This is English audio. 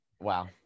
Wow